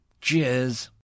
cheers